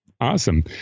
Awesome